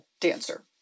dancer